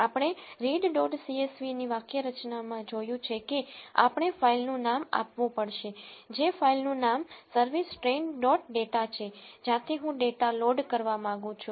આપણે read dot CSV ની વાક્યરચનામાં જોયું છે કે આપણે ફાઇલનું નામ આપવું પડશે જે ફાઇલનું નામ સર્વિસ ટ્રેઇન ડોટ ડેટા છે જ્યાંથી હું ડેટા લોડ કરવા માંગુ છું